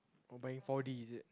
buying four D is it